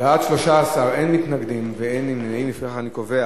ההצעה להעביר